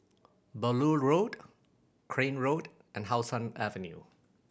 Beaulieu Road Crane Road and How Sun Avenue